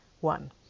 One